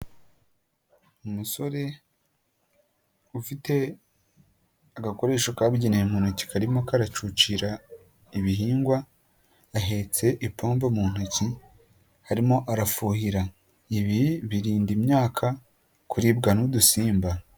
Umusore ufite agakoresho kabugenewe mu ntoki karimo karacucira ibihingwa, ahetse ipomba mu ntoki arimo arafuhira, ibi birinda imyaka kuribwa n'udusimba.